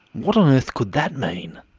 what on earth could that mean?